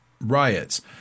riots